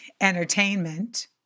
entertainment